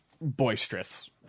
boisterous